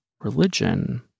religion